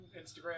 Instagram